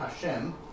Hashem